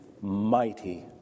mighty